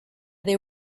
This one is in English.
they